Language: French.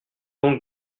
donc